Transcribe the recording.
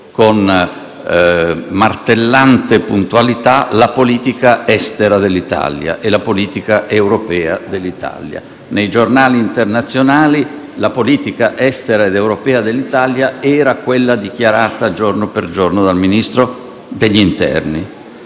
con martellante puntualità, la politica estera e la politica europea dell'Italia. Nei giornali internazionali la politica estera ed europea dell'Italia era quella dichiarata, giorno per giorno, dal Ministro degli interni.